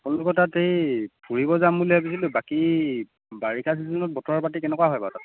আপোনালোকৰ তাত এই ফুৰিব যাম বুলি ভাবিছিলোঁ বাকী বাৰিষা চিজনত বতৰ পাতি কেনেকুৱা হয় বা তাত